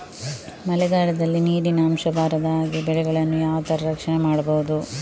ಮಳೆಗಾಲದಲ್ಲಿ ನೀರಿನ ಅಂಶ ಬಾರದ ಹಾಗೆ ಬೆಳೆಗಳನ್ನು ಯಾವ ತರ ರಕ್ಷಣೆ ಮಾಡ್ಬಹುದು?